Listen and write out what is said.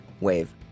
Wave